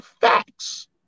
facts